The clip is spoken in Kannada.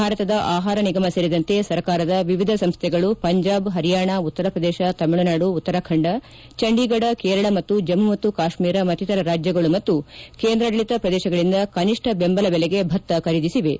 ಭಾರತದ ಆಹಾರ ನಿಗಮ ಸೇರಿದಂತೆ ಸರ್ಕಾರದ ವಿವಿಧ ಸಂಸ್ಥೆಗಳು ಪಂಜಾಬ್ ಪರಿಯಾಣ ಉತ್ತರ ಪ್ರದೇಶ ತಮಿಳುನಾಡು ಉತ್ತರಾಖಂಡ ಚಂಡೀಗಢ ಕೇರಳ ಮತ್ತು ಜಮ್ನು ಮತ್ತು ಕಾಶ್ಮೀರ ಮತ್ತಿತರ ರಾಜ್ಗಳು ಮತ್ತು ಕೇಂದ್ರಾಡಳಿತ ಪ್ರದೇಶಗಳಿಂದ ಕನಿಷ್ನ ಬೆಂಬಲ ಬೆಲೆಗೆ ಭತ್ತ ಖರೀದಿಸಿವೆ